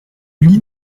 lie